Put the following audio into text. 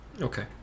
okay